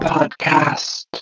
Podcast